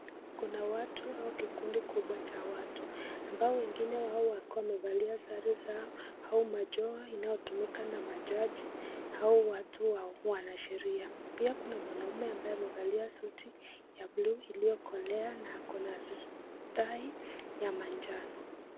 Kuna watu au kikundi kikubwa cha watu ambao wengine wao wakiwa wamevalia sare zao au majoha inayotumika na majaji au watu wa wanasheria. Pia kuna mwanaume ambaye amevalia suti ya buluu iliyokolea na ako tai ya manjano.